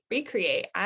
Recreate